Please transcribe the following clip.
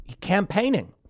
campaigning